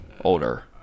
older